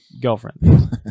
girlfriend